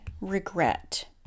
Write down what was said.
regret